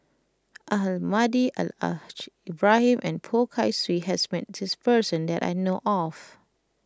Almahdi Al Al Haj Ibrahim and Poh Kay Swee has met this person that I know of